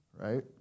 right